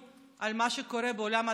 אני לא כועסת, אני פשוט מדברת בקול רם.